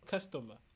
Customer